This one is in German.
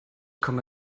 komme